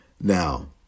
now